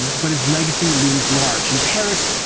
but his legacy looms large. in paris,